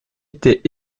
était